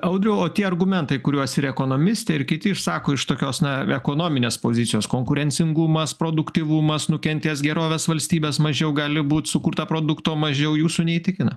audriau o tie argumentai kuriuos ir ekonomistė ir kiti išsako iš tokios na ekonominės pozicijos konkurencingumas produktyvumas nukentės gerovės valstybės mažiau gali būt sukurta produkto mažiau jūsų neįtikina